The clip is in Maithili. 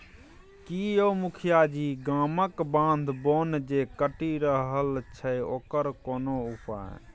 की यौ मुखिया जी गामक बाध बोन जे कटि रहल छै ओकर कोनो उपाय